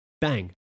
Bang